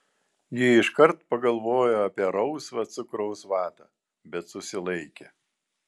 ji iškart pagalvojo apie rausvą cukraus vatą bet susilaikė